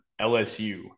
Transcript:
LSU